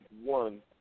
one